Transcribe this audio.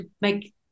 make